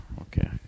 okay